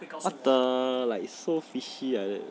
what the it's like so fishy like that